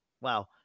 wow